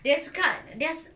dia suka dia